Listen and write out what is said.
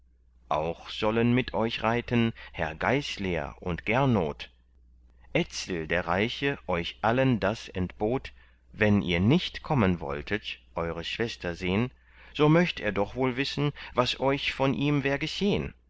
auch sollen mit euch reiten herr geisler und gernot etzel der reiche euch allen das entbot wenn ihr nicht kommen wolltet eure schwester sehn so möcht er doch wohl wissen was euch von ihm wär geschehn